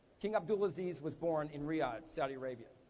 king abdulaziz was born in riyadh, saudi arabia.